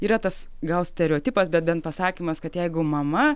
yra tas gal stereotipas bet bent pasakymas kad jeigu mama